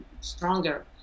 stronger